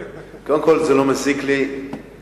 קודם כול זה לא מזיק לי כיהודי,